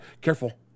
careful